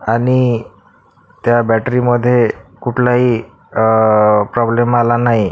आणि त्या बॅटरीमध्ये कुठलाही प्रॉब्लेम आला नाही